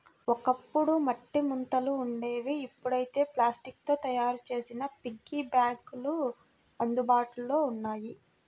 ఒకప్పుడు మట్టి ముంతలు ఉండేవి ఇప్పుడైతే ప్లాస్టిక్ తో తయ్యారు చేసిన పిగ్గీ బ్యాంకులు అందుబాటులో ఉన్నాయి